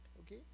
Okay